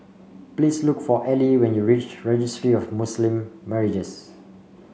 please look for Ellie when you reach Registry of Muslim Marriages